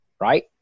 right